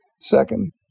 second